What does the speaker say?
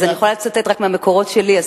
אני יכולה לצטט רק מהמקורות שלי.